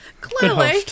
Clearly